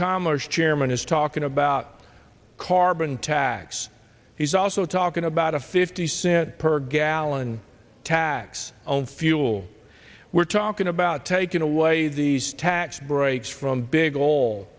commerce chairman is talking about carbon tax he's also talking about a fifty cent per gallon tax on fuel we're talking about taking away these tax breaks from big